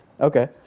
Okay